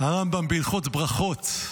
הרמב"ם בהלכות ברכות,